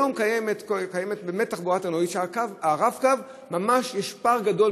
היום קיימת באמת תחבורה להמונים וברב-קו ממש יש פער גדול